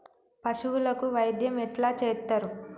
పశువులకు వైద్యం ఎట్లా చేత్తరు?